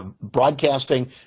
broadcasting